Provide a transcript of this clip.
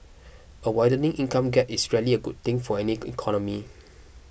a widening income gap is rarely a good thing for any economy